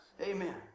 Amen